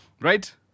right